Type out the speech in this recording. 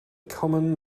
common